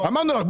אמרנו לך,